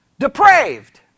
Depraved